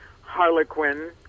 Harlequin